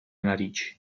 narici